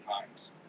times